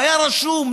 היה רשום,